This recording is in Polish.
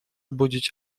budzić